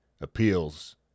appeals